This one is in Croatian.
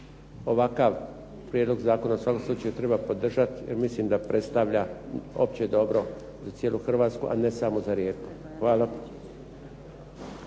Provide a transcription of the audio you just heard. Ovakav prijedlog zakona u svakom slučaju treba podržati jer mislim da predstavlja opće dobro za cijelu Hrvatsku, a ne samo za Rijeku. Hvala.